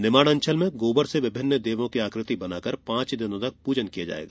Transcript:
निमाड़ अंचल में गोबर से विभिन्न देर्वो की आकृति बनाकर पांच दिनों तक पूजन किया जायेगा